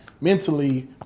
Mentally